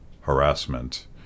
harassment